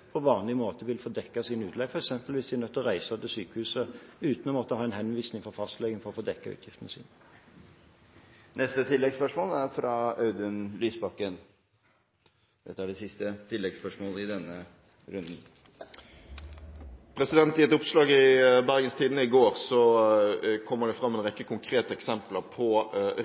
hvis de er nødt til å reise til sykehuset – på vanlig måte vil få dekket sine utlegg, uten å måtte ha en henvisning fra fastlegen. Audun Lysbakken – til siste oppfølgingsspørsmål. I et oppslag i Bergens Tidende i går kommer det fram en rekke konkrete eksempler på